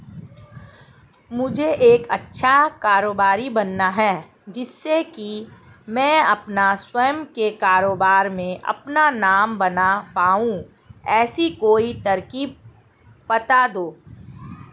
मुझे एक अच्छा कारोबारी बनना है जिससे कि मैं अपना स्वयं के कारोबार में अपना नाम बना पाऊं ऐसी कोई तरकीब पता दो?